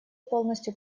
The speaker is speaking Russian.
полностью